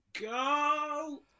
go